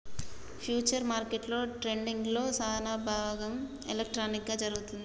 futures మార్కెట్లో ట్రేడింగ్లో సానాభాగం ఎలక్ట్రానిక్ గా జరుగుతుంది